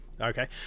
okay